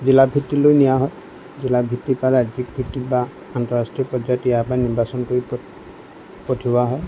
জিলা ভিত্তিলৈ নিয়া হয় জিলা ভিত্তিৰপৰা ৰাজ্যিক ভিত্তি বা আন্তঃৰাষ্ট্ৰীয় পৰ্যায়ত ইয়াৰপৰা নিৰ্বাচন কৰি পঠিওৱা হয়